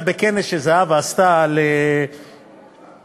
חוק ומשפט חבר הכנסת ניסן סמוֹלנסקי.